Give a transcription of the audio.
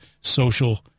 social